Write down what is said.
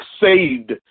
saved